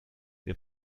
wir